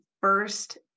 first